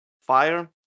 Fire